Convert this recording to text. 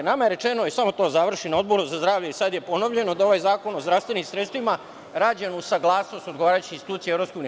Nama je rečeno i samo još to, na Odboru za zdravlje i sad je ponovljeno da ovaj Zakon o zdravstvenim sredstvima je rađen uz saglasnost odgovarajućih institucija EU.